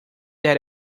that